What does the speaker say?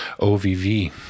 OVV